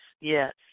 Yes